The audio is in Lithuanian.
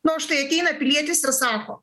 nu štai ateina pilietis ir sako